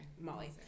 molly